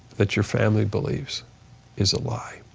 that your family believes is a lie